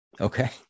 Okay